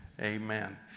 Amen